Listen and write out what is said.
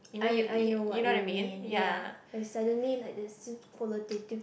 I I know what you mean ya I suddenly had this qualitative